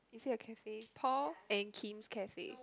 is it a cafe Paul and Kim's cafe